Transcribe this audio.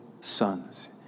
sons